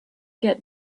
get